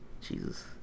Jesus